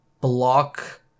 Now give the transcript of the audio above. block